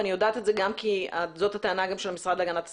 ואני יודעת את זה גם כי זאת הטענה גם של המשרד להגנת הסביבה.